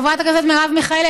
חברת הכנסת מרב מיכאלי,